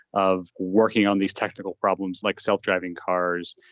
of working on these technical problems like self-driving cars,